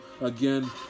Again